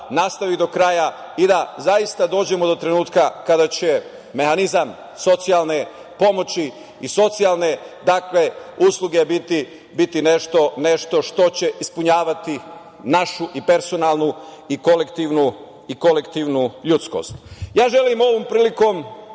nastavi do kraja i da zaista dođemo do trenutka kada će mehanizam socijalne pomoći i socijalne usluge biti nešto što će ispunjavati našu i personalnu i kolektivnu ljudskost. Želim